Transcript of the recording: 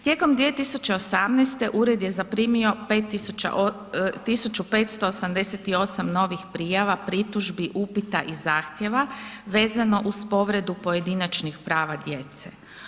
Tijekom 2018. ured je zaprimio 1588 novih prijava, pritužbi, upita i zahtjeva vezano uz povredu pojedinačnih prava djece.